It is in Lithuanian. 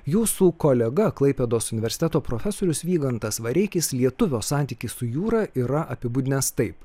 jūsų kolega klaipėdos universiteto profesorius vygantas vareikis lietuvio santykį su jūra yra apibūdinęs taip